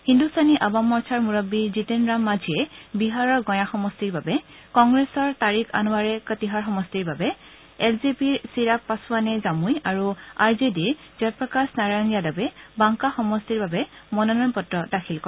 হিন্দুস্তানী আৱাম মৰ্চাৰ মুৰববী জিতেন ৰাম মাঝিয়ে বিহাৰৰ গঞা সমষ্টিৰ বাবে কংগ্ৰেছৰ টাৰিক আনোৱাৰে কতিহাৰ সমষ্টিৰ বাবে এল জে পিৰ চিৰাগ পাছোৱানে জামুই আৰু আৰ জে ডিৰ জয়প্ৰকাশ নাৰায়ণ য়াদৱে বাংকা সমষ্টিৰ বাবে মনোনয়ন পত্ৰ দাখিল কৰে